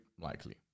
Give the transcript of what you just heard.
likely